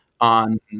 on